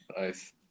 Nice